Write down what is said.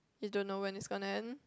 you don't know when it's gonna end